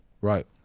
Right